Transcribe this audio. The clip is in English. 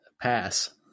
pass